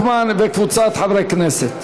חוק ומשפט להכנתה לקריאה ראשונה.